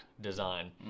design